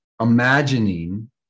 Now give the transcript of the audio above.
Imagining